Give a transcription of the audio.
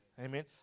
Amen